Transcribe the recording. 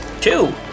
Two